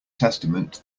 testament